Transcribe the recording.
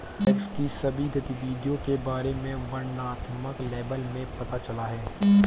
tax की सभी गतिविधियों के बारे में वर्णनात्मक लेबल में पता चला है